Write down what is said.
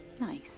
Nice